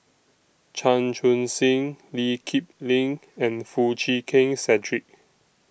Chan Chun Sing Lee Kip Lin and Foo Chee Keng Cedric